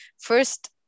first